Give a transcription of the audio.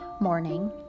morning